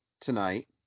tonight